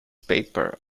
paper